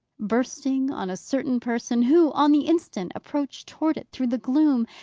bursting on a certain person who, on the instant, approached towards it through the gloom,